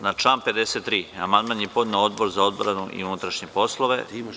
Na član 53. amandman je podneo Odbor za odbranu i unutrašnje poslove.